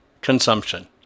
consumption